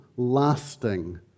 lasting